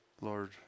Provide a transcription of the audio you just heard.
Lord